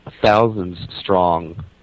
thousands-strong